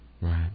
Right